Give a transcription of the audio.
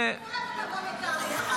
זה --- אנחנו כולנו נבוא לקרעי מחר.